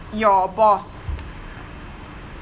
your boss